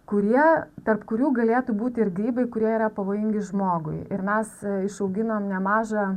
kurie tarp kurių galėtų būt ir grybai kurie yra pavojingi žmogui ir mes išauginom nemažą